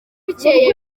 bukeye